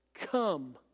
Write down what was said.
come